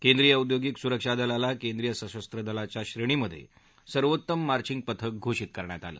केंद्रीय औद्योगिक सुरक्षा दलाला केंद्रीय सशस्त्र दलांच्या श्रेणीमधे सर्वोत्तम मार्चिंग पथक घोषित करण्यात आलं